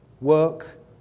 work